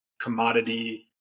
commodity